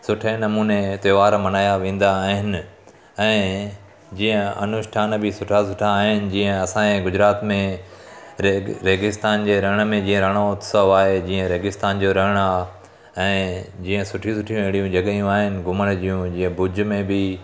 सुठे नमूने तहिंवार मनाया वेंदा आहिनि ऐं जीअं अनुष्ठान बि सुठा सुठा आहिनि जीअं असांजे गुजरात में रेग रेगिस्तान जे रण में जीअं रणोत्सव आहे जीअं रेगिस्तान जो रण आहे ऐं जीअं सुठियूं सुठियूं अहिड़ियूं जॻहियूं आहिनि घुमणु जूं जीअं भुज में बि